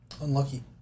Unlucky